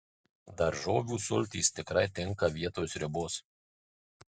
daržovių sultys tikrai tinka vietoj sriubos